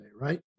right